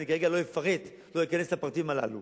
וכרגע אני לא אפרט ולא אכנס לפרטים הללו,